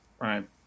Right